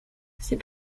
c’est